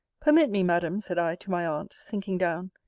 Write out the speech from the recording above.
permit me, madam, said i to my aunt, sinking down,